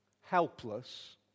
helpless